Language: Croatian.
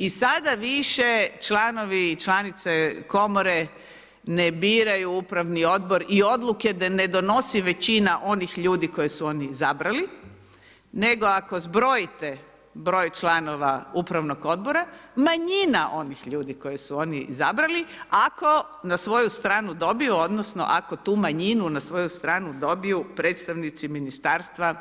I sada više članovi i članice komore ne biraju upravni odbor i odluke ne donosi većina onih ljudi koje su oni izabrali nego ako zbrojite broj članova upravnog odbora, manjina onih ljudi koje su oni izabrali, ako na svoju stranu dobiju odnosno ako tu manjinu na svoju stranu dobiju, predstavnici ministarstva